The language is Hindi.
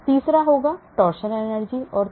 तीसरा torsion energy है